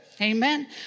Amen